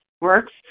works